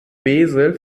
wesel